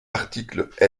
article